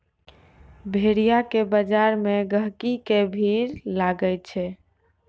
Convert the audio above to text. भेड़िया के बजार मे गहिकी के भीड़ लागै छै